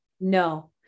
No